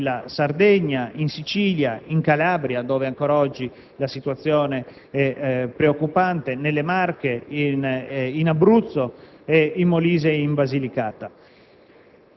in Sardegna, in Sicilia, in Calabria, dove ancora oggi la situazione è preoccupante, nelle Marche, in Abruzzo, in Molise e in Basilicata.